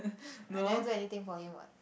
I never do anything for him what